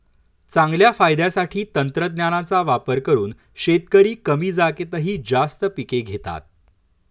चांगल्या फायद्यासाठी तंत्रज्ञानाचा वापर करून शेतकरी कमी जागेतही जास्त पिके घेतात